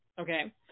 Okay